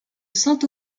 sainte